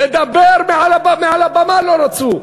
לדבר מעל הבמה לא רצו.